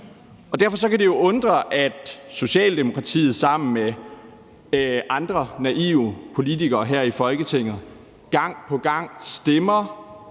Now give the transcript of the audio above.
Derfor kan det jo undre, at Socialdemokratiet sammen med andre naive politikere her i Folketinget gang på gang stemmer